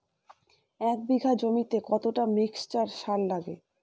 এক বিঘা জমিতে কতটা মিক্সচার সার লাগে?